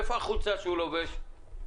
מאיפה החולצה שהוא לובש?